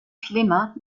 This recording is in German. schlemmer